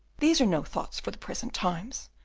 these are no thoughts for the present times,